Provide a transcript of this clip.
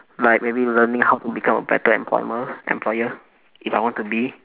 like maybe learning how to become a better employer employer if I want to be